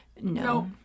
No